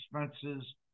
expenses